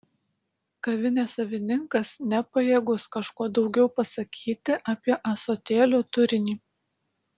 kavinės savininkas nepajėgus kažko daugiau pasakyti apie ąsotėlio turinį